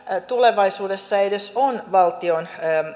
tulevaisuudessa edes on valtion